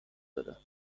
دادم